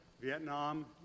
Vietnam